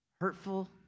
Hurtful